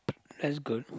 that is good